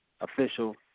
official